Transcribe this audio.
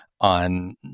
on